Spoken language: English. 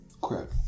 Crap